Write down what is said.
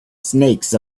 snakes